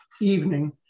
evening